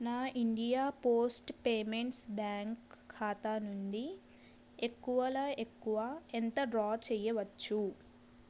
నా India post payments bank ఖాతా నుండి ఎక్కువల ఎక్కువ ఎంత డ్రా చేయవచ్చు